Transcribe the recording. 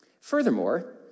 Furthermore